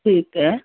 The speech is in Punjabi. ਠੀਕ ਹੈ